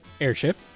airship